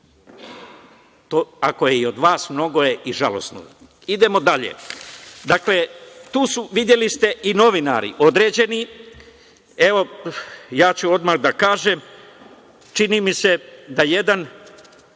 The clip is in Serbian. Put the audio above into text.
ako je i od vas, mnogo je i žalosno je. Idemo dalje. Tu su, videli ste, i novinari određeni. Evo, odmah ću da kažem, čini mi se da jedan,